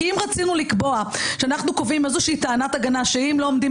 אם רצינו לקבוע איזו שהיא טענת הגנה שלפיה אם לא עומדים